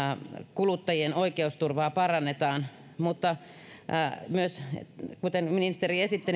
kuluttajien oikeusturvaa parannetaan mutta tämä on myös kuten ministeri esitti